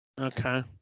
Okay